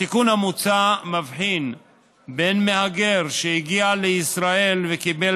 התיקון המוצע מבחין בין מהגר שהגיע לישראל וקיבל